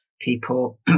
people